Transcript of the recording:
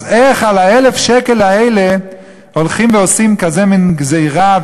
אז איך על 1,000 השקל האלה הולכים ועושים כזאת מין גזירה,